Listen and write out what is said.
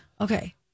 Okay